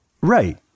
Right